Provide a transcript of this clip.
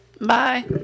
Bye